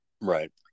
right